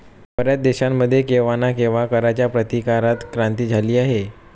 बर्याच देशांमध्ये केव्हा ना केव्हा कराच्या प्रतिकारात क्रांती झाली आहे